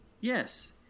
Yes